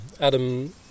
Adam